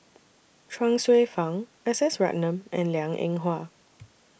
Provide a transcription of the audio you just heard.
Chuang Hsueh Fang S S Ratnam and Liang Eng Hwa